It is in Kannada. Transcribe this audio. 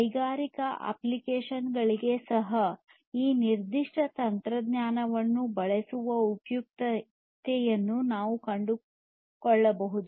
ಕೈಗಾರಿಕಾ ಅಪ್ಲಿಕೇಶನ್ಗಳಿಗೆ ಸಹ ಈ ನಿರ್ದಿಷ್ಟ ತಂತ್ರಜ್ಞಾನವನ್ನು ಬಳಸುವ ಉಪಯುಕ್ತತೆಯನ್ನು ನೀವು ಕಂಡುಕೊಳ್ಳಬಹುದು